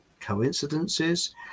Coincidences